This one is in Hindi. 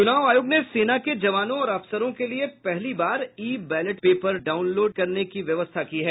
चूनाव आयोग ने सेना के जवानों और अफसरों के लिए पहली बार ई बैलेट पेपर डाउनलोड करने की व्यवस्था की है